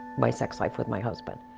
my sex life with my husband.